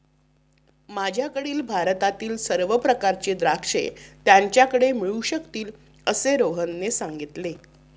माझ्याकडील भारतातील सर्व प्रकारची द्राक्षे त्याच्याकडे मिळू शकतील असे रोहनने सांगितले